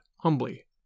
humbly